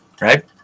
right